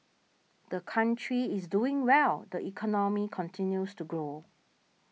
the country is doing well the economy continues to grow